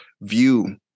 view